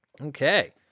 Okay